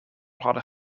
hadden